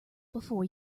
before